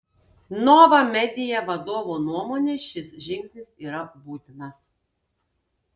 nova media vadovo nuomone šis žingsnis yra būtinas